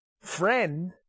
friend